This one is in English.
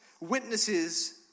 Witnesses